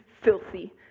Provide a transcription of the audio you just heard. filthy